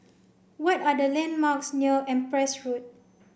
what are the landmarks near Empress Road